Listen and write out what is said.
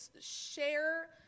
share